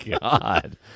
God